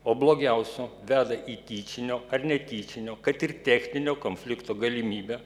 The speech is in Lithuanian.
o blogiausiu veda į tyčinio ar netyčinio kad ir techninio konflikto galimybe